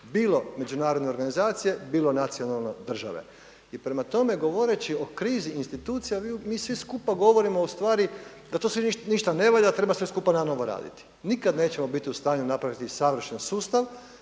bilo međunarodne organizacije, bilo nacionalne države. I prema tome govoreći o krizi institucija mi svi skupa govorimo ustvari da to sve ništa ne valja, treba sve skupa na novo raditi. Nikada nećemo biti u stanju napraviti savršen sustav